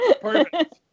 Perfect